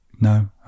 No